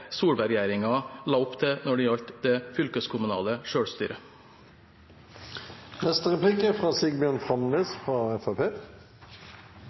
Solberg-regjeringen la opp til når det gjaldt det fylkeskommunale